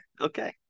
Okay